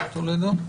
מר טולדו?